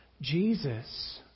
Jesus